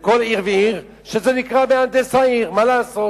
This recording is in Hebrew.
בכל עיר ועיר, שזה נקרא מהנדס העיר, מה לעשות?